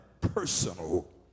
personal